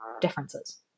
differences